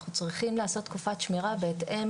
אנחנו צריכים לעשות תקופת שמירה בהתאם